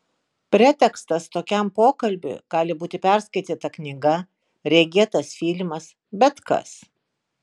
pretekstas tokiam pokalbiui gali būti perskaityta knyga regėtas filmas bet kas